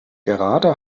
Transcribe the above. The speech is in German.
gerade